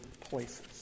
places